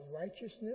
righteousness